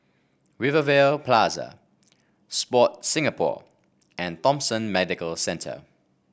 Rivervale Plaza Sport Singapore and Thomson Medical Centre